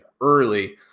early